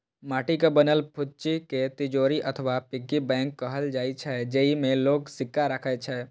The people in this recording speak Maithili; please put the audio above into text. माटिक बनल फुच्ची कें तिजौरी अथवा पिग्गी बैंक कहल जाइ छै, जेइमे लोग सिक्का राखै छै